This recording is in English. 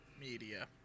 media